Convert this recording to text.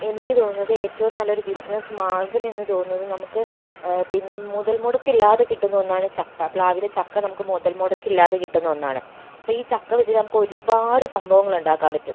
എനിക്ക് തോന്നുന്നത് ഏറ്റവും നല്ലൊരൂ ബിസിനസ്സ് മാർഗ്ഗം എന്നു തോന്നുന്നത് നമുക്ക് പിന്നെ മുതൽമുടക്ക് ഇല്ലാതെ കിട്ടുന്ന ഒന്നാണ് ചക്ക പ്ലാവിലെ ചക്ക നമുക്ക് മുതൽ മുടക്ക് ഇല്ലാതെ കിട്ടുന്ന ഒന്നാണ് അപ്പോൾ ഈ ചക്ക വെച്ചിട്ട് നമുക്ക് ഒരുപാട് സംഭവങ്ങൾ ഉണ്ടാക്കാൻ പറ്റും